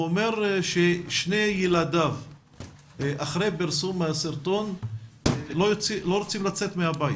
אומר ששני ילדיו אחרי פרסום הסרטון לא רוצים לצאת מהבית